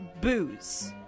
booze